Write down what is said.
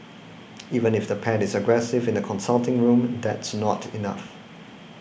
even if the pet is aggressive in the consulting room that's not enough